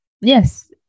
Yes